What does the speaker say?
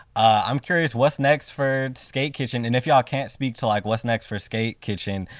i'm curious, what's next for skate kitchen? and if y'all can't speak to like what's next for skate kitchen,